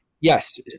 Yes